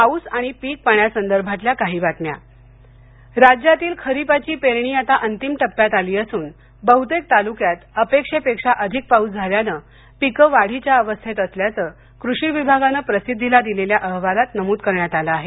पाऊस आणि पीक पाण्यासंदर्भातल्या काही बातम्या राज्यातील खरिपाची पेरणी आता अंतिम टप्प्यात आली असून बहुतेक तालुक्यात अपेक्षेपेक्षा अधिक पाऊस झाल्यानं पिके वाढीच्या अवस्थेत असल्याचं कृषी विभागानं प्रसिद्धीला दिलेल्या अहवालात नमूद केलं आहे